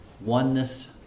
oneness